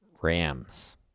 Rams